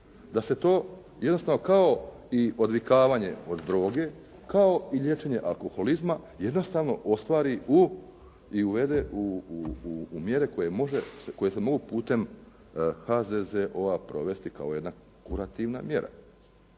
da se to jednostavno kao i odvikavanje od droge, kao i liječenje alkoholizma jednostavno ostvari i uvede u mjere koje se mogu putem HZZO-a provesti kao jedna kurativna mjera.